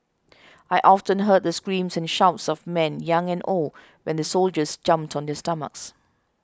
I often heard the screams and shouts of men young and old when the soldiers jumped on their stomachs